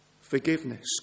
forgiveness